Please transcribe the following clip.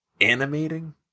Animating